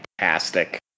fantastic